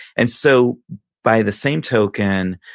and so by the same token,